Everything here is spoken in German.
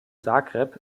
zagreb